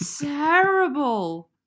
terrible